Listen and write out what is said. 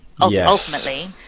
ultimately